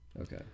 Okay